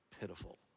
pitiful